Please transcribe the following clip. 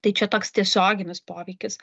tai čia toks tiesioginis poveikis